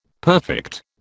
Perfect